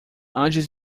antes